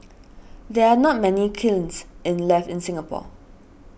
there are not many kilns in left in Singapore